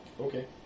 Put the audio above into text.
Okay